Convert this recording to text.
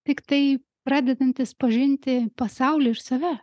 tiktai pradedantys pažinti pasaulį ir save